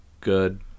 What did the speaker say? good